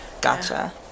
gotcha